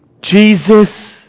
Jesus